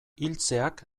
hiltzeak